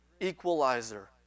equalizer